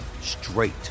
straight